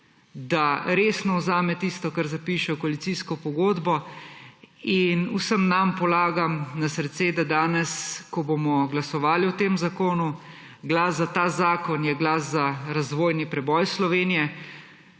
da resno vzame tisto, kar zapiše v koalicijsko pogodbo, in vsem nam polagam na srce, da je danes, ko bomo glasovali o tem zakonu, glas za ta zakon glas za razvojni preboj Slovenije.